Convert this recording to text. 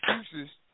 excuses